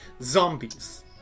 Zombies